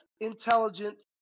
intelligent